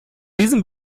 diesem